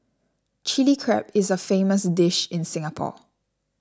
Chilli Crab is a famous dish in Singapore